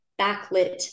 backlit